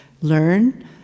learn